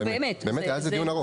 באמת, היה על זה דיון ארוך.